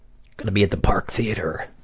gonna be at the park theater.